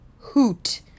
hoot